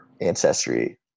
ancestry